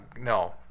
No